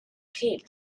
cape